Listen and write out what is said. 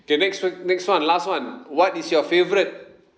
okay next wo~ next one last one what is your favourite